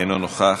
אינו נוכח.